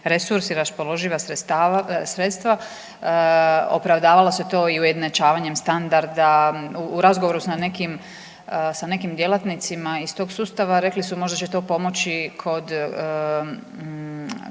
resursi, raspoloživa sredstva. Opravdalo se to i ujednačavanjem standarda. U razgovoru sa nekim djelatnicima iz tog sustav rekli su možda će to pomoći i kod